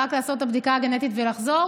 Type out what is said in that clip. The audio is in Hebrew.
השפיות והרצון לחיות עוזרים מאוד להתגבר על המחלה.